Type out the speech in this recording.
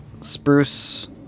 Spruce